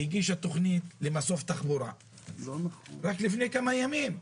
היא הגישה תכנית למסוף תחבורה רק לפני כמה ימים.